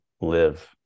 live